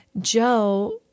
Joe